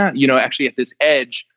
ah you know, actually at this edge,